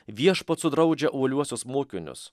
viešpats sudraudžia uoliuosius mokinius